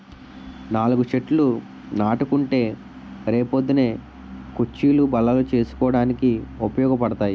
నాలుగు చెట్లు నాటుకుంటే రే పొద్దున్న కుచ్చీలు, బల్లలు చేసుకోడానికి ఉపయోగపడతాయి